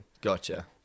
gotcha